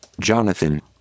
Jonathan